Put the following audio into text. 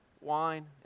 wine